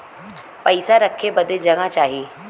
पइसा रखे बदे जगह चाही